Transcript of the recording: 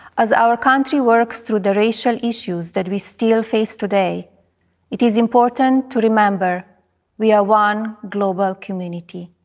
ah so our country works through the racial issues that we still face today, it is important to remember we are one global community.